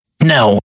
No